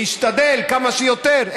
להשתדל כמה שיותר.